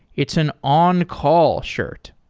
it's an on-call shirt.